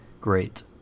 great